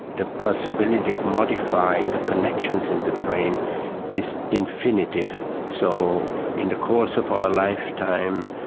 the possibility of modifying the connections in the brain is infinitive. so in the course of our lifetime,